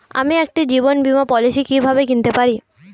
আমি একটি জীবন বীমা পলিসি কিভাবে কিনতে পারি?